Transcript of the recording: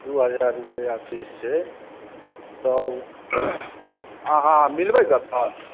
दू हजार रुपैआ फीस छै आओर अहाँ मिलबै कतय